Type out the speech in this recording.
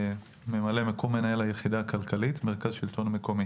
ממלא מקום מנהל היחידה הכלכלית במרכז השלטון המקומי.